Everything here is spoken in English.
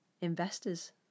investors